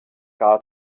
gar